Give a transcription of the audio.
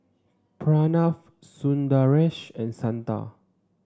Pranav Sundaresh and Santha